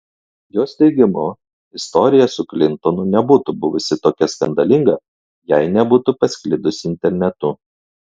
jos teigimu istorija su klintonu nebūtų buvusi tokia skandalinga jei nebūtų pasklidusi internetu